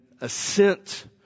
assent